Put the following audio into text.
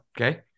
Okay